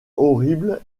horrible